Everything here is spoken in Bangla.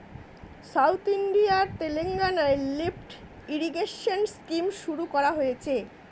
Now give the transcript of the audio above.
সাউথ ইন্ডিয়ার তেলেঙ্গানায় লিফ্ট ইরিগেশন স্কিম শুরু করা হয়েছে